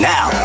Now